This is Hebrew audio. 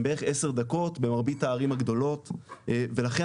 בערך 10 דקות במרבית הערים הגדולות ולכן